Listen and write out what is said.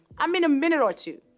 i mean a minute or two.